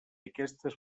aquestes